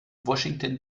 washington